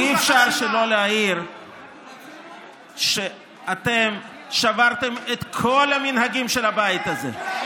אי-אפשר שלא להעיר שאתם שברתם את כל המנהגים של הבית הזה.